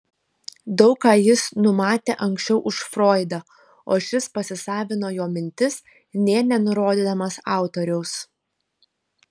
daug ką jis numatė anksčiau už froidą o šis pasisavino jo mintis nė nenurodydamas autoriaus